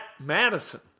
Madison